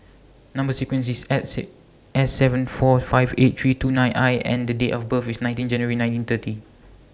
Number sequence IS S Say S seven four five eight three two nine I and The Day of birth IS nineteen January nineteen thirty